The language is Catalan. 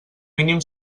mínim